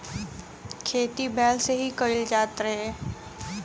खेती बैल से ही कईल जात रहे